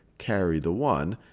carry the one.